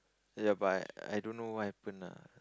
ya but I I don't know what happen lah